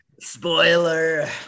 spoiler